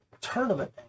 tournament